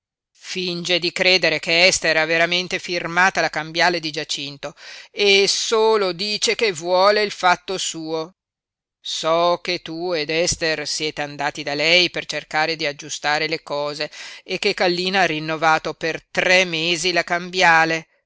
finge di credere che ester ha veramente firmata la cambiale di giacinto e solo dice che vuole il fatto suo so che tu ed ester siete andati da lei per cercare di aggiustare le cose e che kallina ha rinnovato per tre mesi la cambiale